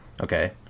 okay